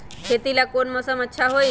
खेती ला कौन मौसम अच्छा होई?